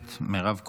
הכנסת מירב כהן.